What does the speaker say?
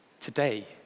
today